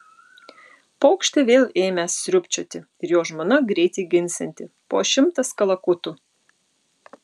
paukštė vėl ėmęs sriubčioti ir jo žmona greit jį ginsianti po šimtas kalakutų